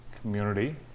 Community